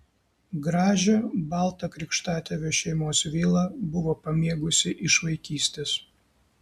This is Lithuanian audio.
gražią baltą krikštatėvio šeimos vilą buvo pamėgusi iš vaikystės